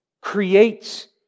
creates